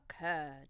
occurred